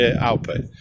output